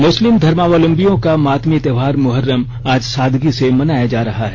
मुस्लिम धर्मावलंबियों का मातमी त्योहर मुहर्रम आज सादगी से मनाया जा रहा है